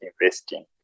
investing